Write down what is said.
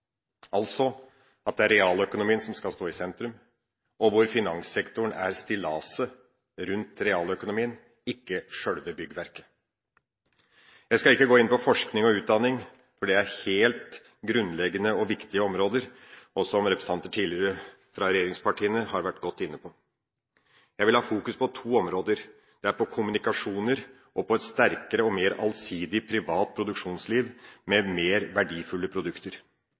altså at det er realøkonomien som skal stå i sentrum, og hvor finanssektoren er stillaset rundt realøkonomien, ikke sjølve byggverket. Jeg skal ikke gå inn på forskning og utdanning, for det er helt grunnleggende og viktige områder, og som representanter fra regjeringspartiene tidligere har vært godt inne på. Jeg vil ha fokus på to områder. Det er på kommunikasjon og på et sterkere og mer allsidig privat produksjonsliv med mer verdifulle produkter.